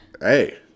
Hey